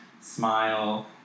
smile